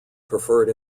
preferred